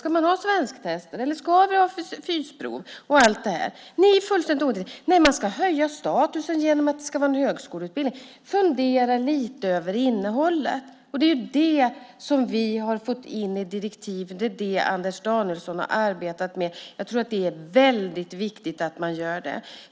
Ska man ha svensktester? Ska vi ha fysprov? Ni är fullständigt ointresserade av det. Nej, man ska höja statusen genom att det ska vara en högskoleutbildning. Fundera lite över innehållet! Det är det som vi har fått in i direktiven. Det är det som Anders Danielsson har arbetat med. Jag tror att det är väldigt viktigt att man gör det.